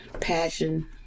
passion